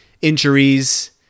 injuries